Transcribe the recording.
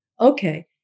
Okay